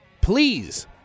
Please